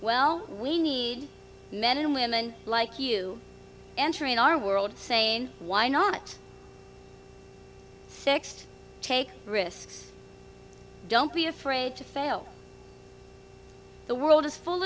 well we need men and women like you answer in our world saying why not sext take risks don't be afraid to fail the world is full